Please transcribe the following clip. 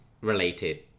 related